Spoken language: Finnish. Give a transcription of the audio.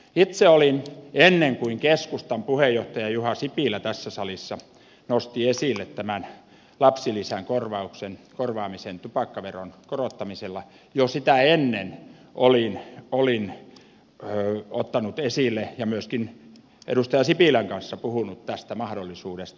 itse olin ennen kuin keskustan puheenjohtaja juha sipilä tässä salissa nosti esille tämän lapsilisän korvaamisen tupakkaveron korottamisella jo sitä ennen ottanut tämän esille ja myöskin edustaja sipilän kanssa puhunut tästä mahdollisuudesta